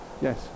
Yes